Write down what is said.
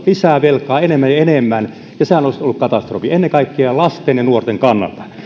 lisää velkaa enemmän ja enemmän ja sehän olisi ollut katastrofi ennen kaikkea lasten ja nuorten kannalta